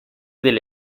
del